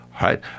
right